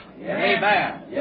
Amen